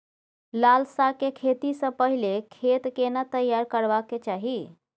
लाल साग के खेती स पहिले खेत केना तैयार करबा के चाही?